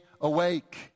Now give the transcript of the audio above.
awake